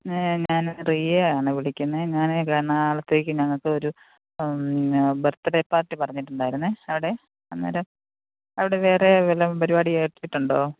ഞാൻ റിയയാണ് വിളിക്കുന്നത് ഞാൻ എറണാകുളത്തേക്ക് ഞങ്ങൾക്കൊരു പിന്നെ ബർത്ത്ഡേ പാർട്ടി പറഞ്ഞിട്ടുണ്ടായിരുന്നെ അവിടെ അന്നേരം അവിടെ വേറെ വല്ലതും പരിപാടി ഏറ്റിട്ടുണ്ടോ